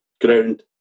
ground